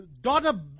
Daughter